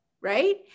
right